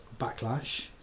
backlash